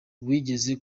wigeze